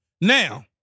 Now